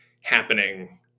happening